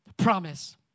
promise